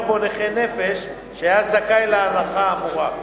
בו נכה הנפש שהיה זכאי להנחה האמורה,